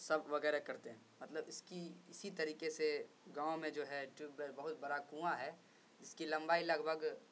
سب وغیرہ کرتے ہیں مطلب اس کی اسی طریقے سے گاؤں میں جو ہے ٹیوب بے بہت بڑا کنواں ہے جس کی لمبائی لگ بھگ